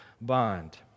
bond